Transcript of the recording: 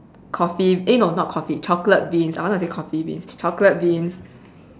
coffee eh no not coffee chocolate beans I wanna say coffee beans chocolate beans oh